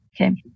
Okay